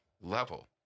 level